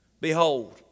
Behold